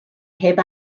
heb